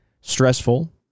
stressful